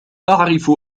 أعرف